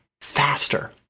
faster